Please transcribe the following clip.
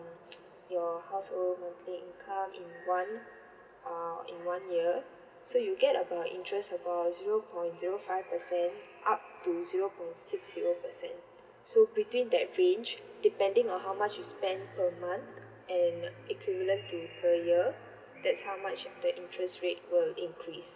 your household monthly income in one uh in one year so you get about interest about zero point zero five percent up to zero point six zero percent so between that range depending on how much you spend per month and accumulate to per year that's how much the interest rate will increase